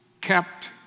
kept